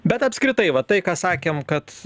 bet apskritai va tai ką sakėm kad